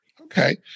Okay